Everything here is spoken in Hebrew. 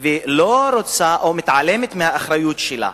ולא רוצה או מתעלמת מהאחריות שלה.